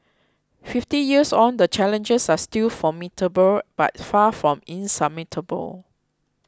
fifty years on the challenges are still formidable but far from insurmountable